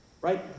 right